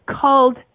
called